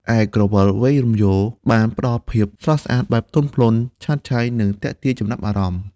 ឯក្រវិលវែងរំយោល បានផ្តល់ភាពស្រស់ស្អាតបែបទន់ភ្លន់ ឆើតឆាយ និងទាក់ទាញចំណាប់អារម្មណ៍។